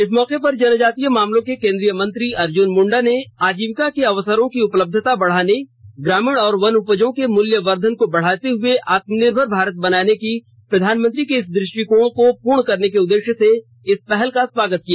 इस मौके पर जनजातीय मामलों के केंद्रीय मंत्री अर्जुन मुंडा ने आजीविका के अवसरों की उपलब्यता बढाने ग्रामीण और वनउपजों के मूल्य वर्धन को बढ़ाते हुए आत्मनिर्भर भारत बनाने की प्रधानमंत्री के इस दृष्टिकोण को पूर्ण करने के उद्देश्य से इस पहल का स्वागत किया